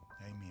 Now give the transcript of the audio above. Amen